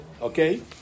okay